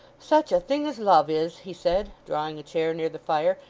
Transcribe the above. such a thing as love is he said, drawing a chair near the fire,